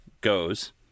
goes